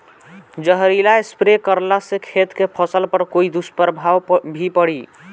जहरीला स्प्रे करला से खेत के फसल पर कोई दुष्प्रभाव भी पड़ी?